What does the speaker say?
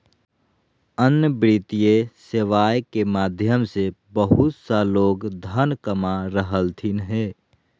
अन्य वित्तीय सेवाएं के माध्यम से बहुत सा लोग धन कमा रहलथिन हें